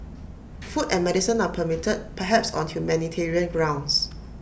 food and medicine are permitted perhaps on humanitarian grounds